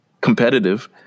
competitive